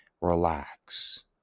relax